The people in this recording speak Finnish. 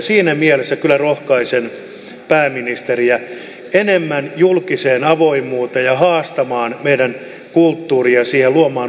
siinä mielessä kyllä rohkaisen pääministeriä enemmän julkiseen avoimuuteen ja haastamaan meidän kulttuuriamme siihen luomaan uusia työpaikkoja